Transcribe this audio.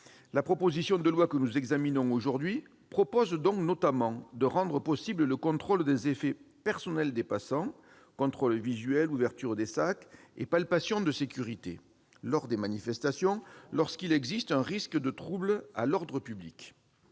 La proposition de loi que nous examinons aujourd'hui prévoit notamment de rendre possible le contrôle des effets personnels des passants- contrôle visuel, ouverture des sacs et palpations de sécurité -lors des manifestations, lorsqu'il existe un risque de troubles à l'ordre public.